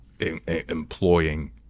employing